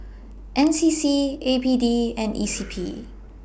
N C C A P D and E C P